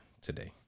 today